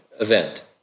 event